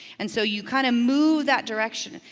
and so you kind of move that direction,